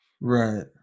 Right